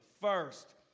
First